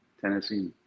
Tennessee